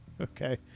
Okay